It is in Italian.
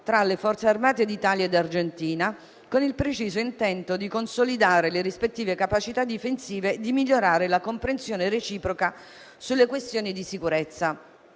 tra le Forze armate di Italia e Argentina con il preciso intento di consolidare le rispettive capacità difensive e di migliorare la comprensione reciproca sulle questioni di sicurezza.